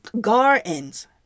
gardens